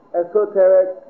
esoteric